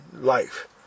life